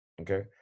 Okay